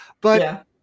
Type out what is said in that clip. But-